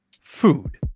food